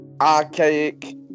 archaic